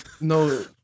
No